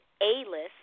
A-list